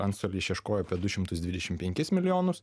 antstoliai išieškojo apie du šimtus dvidešimt penkis milijonus